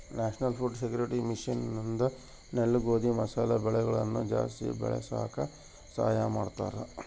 national food security mission ಇಂದ ನೆಲ್ಲು ಗೋಧಿ ಮಸಾಲೆ ಬೆಳೆಗಳನ ಜಾಸ್ತಿ ಬೆಳಸಾಕ ಸಹಾಯ ಮಾಡ್ತಾರ